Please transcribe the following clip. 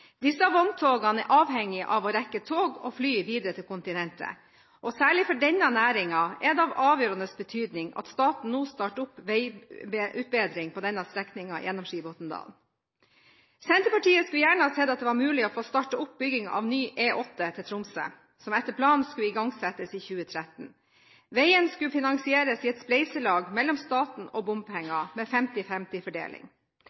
Disse vogntogene er avhengig av å rekke tog og fly videre til kontinentet, og særlig for denne næringen er det av avgjørende betydning at staten starter opp veiutbedring på denne strekningen gjennom Skibotndalen. Senterpartiet skulle gjerne sett at det var mulig å få startet opp bygging av ny E8 til Tromsø, som etter planen skulle igangsettes i 2013. Veien skulle finansieres i et spleiselag mellom staten og bompenger,